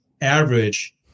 average